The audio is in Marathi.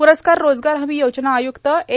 पुरस्कार रोजगार हमी योजना आयुक्त ए